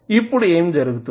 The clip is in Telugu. ఇప్పుడు ఏమి జరుగుతుంది